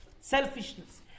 Selfishness